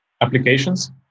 applications